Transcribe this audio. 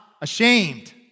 ashamed